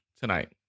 tonight